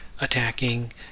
attacking